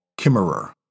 Kimmerer